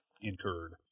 incurred